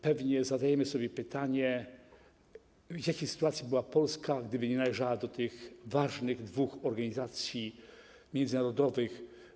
Pewnie zadajemy sobie pytanie, w jakiej sytuacji byłaby Polska, gdyby nie należała do tych dwóch ważnych organizacji międzynarodowych.